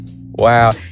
Wow